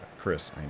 Chris